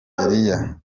eliya